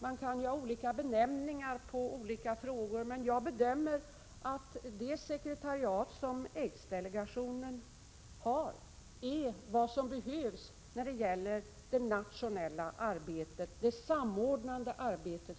Man kan ha olika benämningar på olika frågor, men jag bedömer att det sekretariat som aidsdelegationen har är vad som behövs för aidsdelegationens nationella och samordnande arbete.